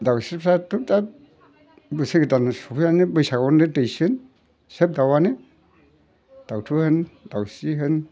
दाउस्रिफ्राथ' दा बोसोर गोदान सौफैबायानो बैसागावनो दैसिगोन सोब दाउआनो दाउथु होन दाउस्रि होन